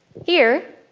here,